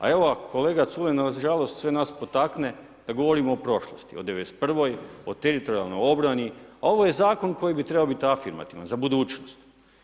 A evo kolega Culej, na žalost sve nas potakne da govorimo o prošlosti o 91. o teritorijalnoj obrani, a ovo je zakon koji bi trebao biti afirmativan, za budućnost.